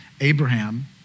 Abraham